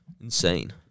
Insane